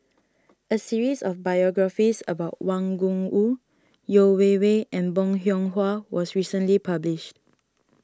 a series of biographies about Wang Gungwu Yeo Wei Wei and Bong Hiong Hwa was recently published